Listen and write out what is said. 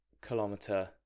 kilometer